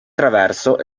traverso